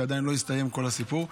ועדיין לא הסתיים כל הסיפור,